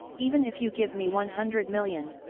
even if you give me one hundred million,